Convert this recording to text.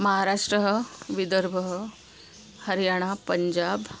महाराष्ट्रः विदर्भः हरियाणा पञ्जाब्